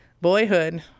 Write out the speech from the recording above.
Boyhood